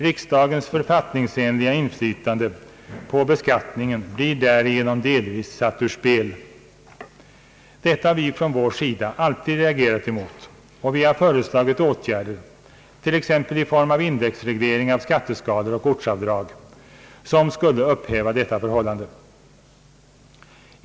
Riksdagens författningsenliga inflytande på beskattningen blir därigenom delvis satt ur spel. Det har vi från vår sida alltid reagerat mot, och vi har föreslagit åtgärder — t.ex. i form av indexreglering av skatteskalor och ortsavdrag — som skulle upphäva detta förhållande.